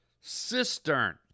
cistern